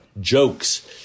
jokes